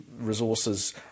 resources